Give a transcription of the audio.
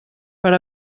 per